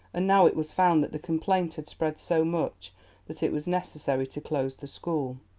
and now it was found that the complaint had spread so much that it was necessary to close the school.